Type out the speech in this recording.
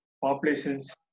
populations